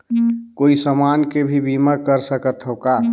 कोई समान के भी बीमा कर सकथव का?